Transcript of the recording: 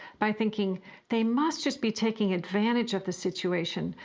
by thinking they must just be taking advantage of the situation,